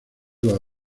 los